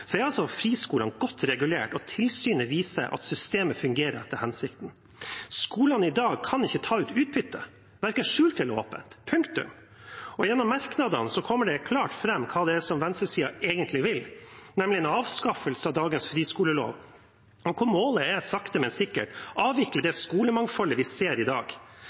er friskolene godt regulert, og tilsynet viser at systemet fungerer etter hensikten. Skolene kan i dag ikke ta ut utbytte, verken skjult eller åpent – punktum. Gjennom merknadene kommer det klart fram hva det er venstresiden egentlig vil, nemlig å avskaffe dagens friskolelov. Målet er sakte, men sikkert å avvikle det skolemangfoldet vi ser i dag.